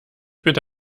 bitte